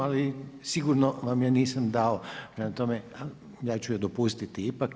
Ali sigurno vam je nisam dao, prema tome ja ću je dopustiti ipak.